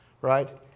right